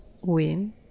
win